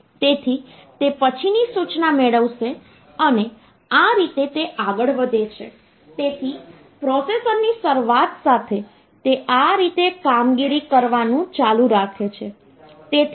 તેથી 361 ને 2 વડે ભાગ્યા તો આ મને 180 જેટલો ભાગાકાર આપશે અને ફરીથી તેનો શેષ 1 તરીકે આપશે પછી આ 180 ને 2 વડે ભાગ્યા તો તે મને 90 ભાગાકાર તરીકે આપશે અને 0 શેષ તરીકે આપશે